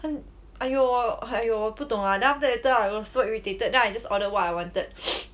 很 !aiyo! !haiyo! 我不懂 lah then after that I was so irritated then I just ordered what I wanted